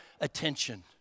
attention